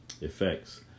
effects